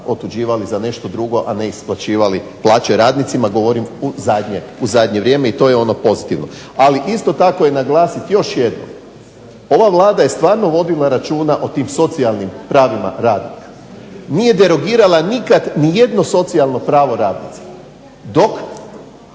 otuđivali za nešto drugo, a ne isplaćivali plaće radnicima. Govorim u zadnje vrijeme i to je ono pozitivno. Ali isto tako je naglasiti još jedno. Ova Vlada je stvarno vodila računa o tim socijalnim pravima radnika. Nije derogirala nikad ni jedno socijalno pravo radnicima. Dok